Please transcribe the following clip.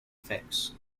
fix